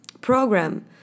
program